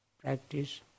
practice